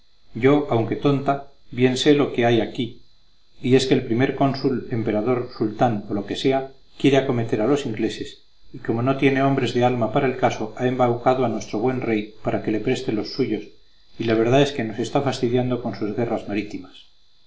yo aunque tonta bien sé lo que hay aquí y es que el primer cónsul emperador sultán o lo que sea quiere acometer a los ingleses y como no tiene hombres de alma para el caso ha embaucado a nuestro buen rey para que le preste los suyos y la verdad es que nos está fastidiando con sus guerras marítimas